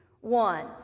One